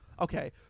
Okay